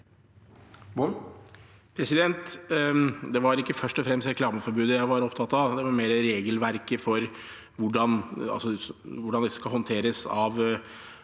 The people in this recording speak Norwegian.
Det var ikke først og fremst reklameforbudet jeg var opptatt av, men regelverket for hvordan det skal håndteres av